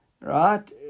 right